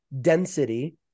density